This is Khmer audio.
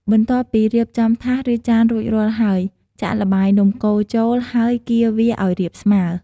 បន្ទាប់ពីរៀបចំថាស ឬ ចានរួចរាល់ហើយ ចាក់ល្បាយនំកូរចូល ហើយកៀរវាឱ្យរាបស្មើ។